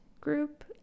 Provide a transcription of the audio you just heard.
group